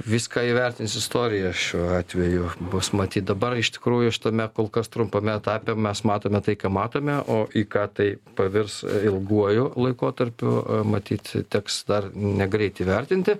viską įvertins istorija šiuo atveju bus matyt dabar iš tikrųjų aš tame kol kas trumpame etape mes matome tai ką matome o į ką tai pavirs ilguoju laikotarpiu matyt teks dar negreit įvertinti